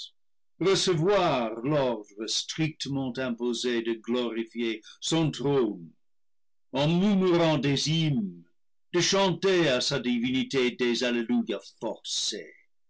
recevoir l'ordre strictement imposé de glorifier son trône en murmurant des hymnes de chanter à sa divinité des alleluia forcés